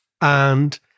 And-